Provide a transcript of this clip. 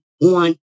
one